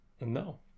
no